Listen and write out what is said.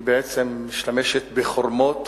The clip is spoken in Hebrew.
היא בעצם משתמשת בחרמות